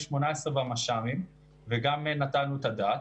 ב-2018 במש"מים וגם נתנו את הדעת.